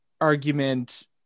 argument